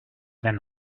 than